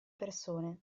persone